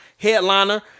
headliner